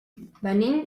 venim